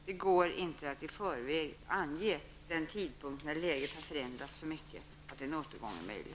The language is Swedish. Det går inte att i förväg ange en tidpunkt när läget har förändrats så mycket att en återgång är möjlig.